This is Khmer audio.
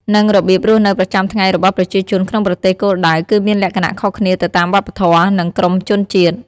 និងរបៀបរស់នៅប្រចាំថ្ងៃរបស់ប្រជាជនក្នុងប្រទេសគោលដៅ គឺមានលក្ខណៈខុសគ្នាទៅតាមវប្បធម៌ និងក្រុមជនជាតិ។